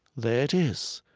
there it is.